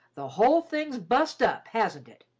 the whole thing's bust up, hasn't it?